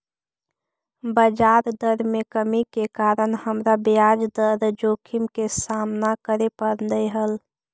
बजार दर में कमी के कारण हमरा ब्याज दर जोखिम के सामना करे पड़लई हल